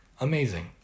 Amazing